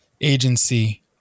agency